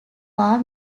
war